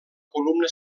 columna